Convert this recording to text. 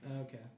Okay